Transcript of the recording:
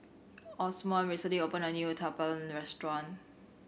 Osborn recently opened a new Uthapam Restaurant